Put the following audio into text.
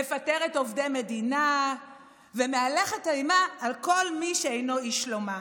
מפטרת עובדי מדינה ומהלכת אימה על כל מי שאינו איש שלומה.